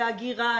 זה הגירה,